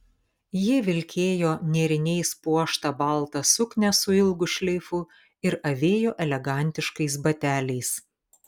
ji vilkėjo nėriniais puoštą baltą suknią su ilgu šleifu ir avėjo elegantiškais bateliais